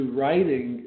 writing